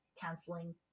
counseling